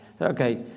Okay